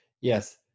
Yes